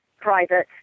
private